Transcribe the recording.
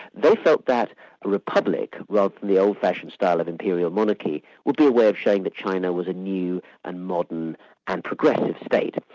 they felt that a republic, rather than the old-fashioned style of imperial monarchy, would be a way of showing that china was a new and modern and progressive state.